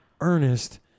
Ernest